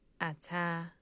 ata